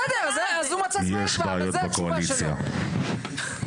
זאת התשובה שלו.